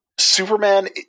Superman